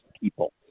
people